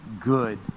good